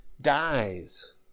dies